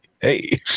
hey